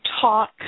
talk